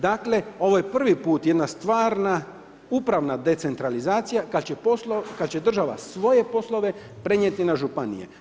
Dakle ovo je prvi put jedna stvarna upravna decentralizacija kad će država svoje poslove prenijeti na županije.